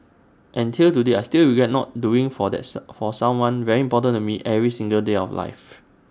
and till today I still regret not doing for this for someone very important to me every single day of life